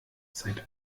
seit